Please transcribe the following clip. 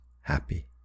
happy